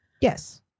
Yes